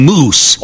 Moose